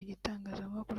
gitangazamakuru